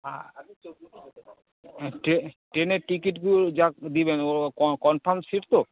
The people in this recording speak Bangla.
হ ট্রেনের টিকিটগুলো যা দিবেন কনফার্ম সিট তো